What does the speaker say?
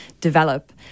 develop